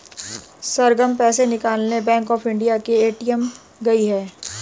सरगम पैसे निकालने bank of India के ए.टी.एम गई है